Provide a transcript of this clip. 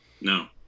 No